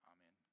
Amen